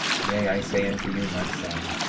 yea, i say unto you, my son,